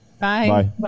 Bye